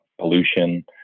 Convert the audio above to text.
pollution